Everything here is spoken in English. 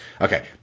Okay